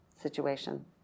situation